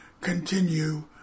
continue